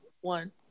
one